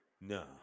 No